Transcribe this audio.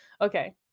Okay